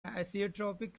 anisotropic